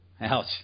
Ouch